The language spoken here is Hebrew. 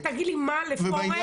תגיד לי מה לפורר,